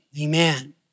Amen